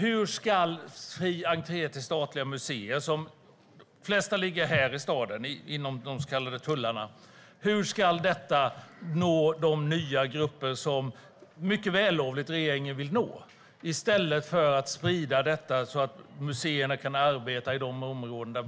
Hur ska fri entré till statliga museer - de flesta ligger här i staden inom de så kallade tullarna - nå de nya grupper som regeringen mycket vällovligt vill nå och sprida detta så att museerna kan arbeta i de områden där